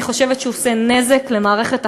אני חושבת שהוא עושה נזק למערכת החינוך.